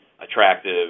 attractive